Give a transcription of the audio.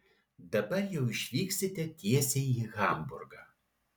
dabar jau išvyksite tiesiai į hamburgą